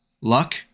Luck